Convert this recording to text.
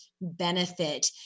benefit